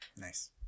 Nice